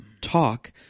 talk